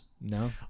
no